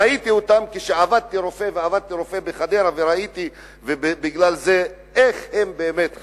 ראיתי אותם כשעבדתי כרופא בחדרה וראיתי איך הם באמת חיים.